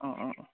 अ अ अ